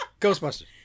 Ghostbusters